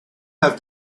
have